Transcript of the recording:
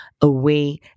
away